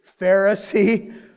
Pharisee